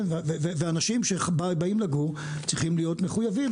אנשים שבאים לגור צריכים להיות מחויבים.